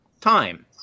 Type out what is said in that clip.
time